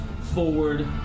forward